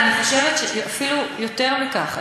ואני חושבת שאפילו יותר מכך.